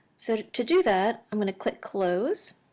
so to to do that, i'm going to click close.